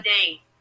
day